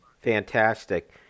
Fantastic